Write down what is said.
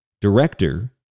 director